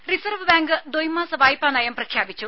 രുമ reserve bank ദ്വൈമാസ വായ്പാ നയം പ്രഖ്യാപിച്ചു